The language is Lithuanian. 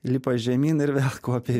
lipa žemyn ir vėl kopia